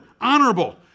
honorable